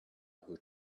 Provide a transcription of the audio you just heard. who